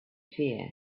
fear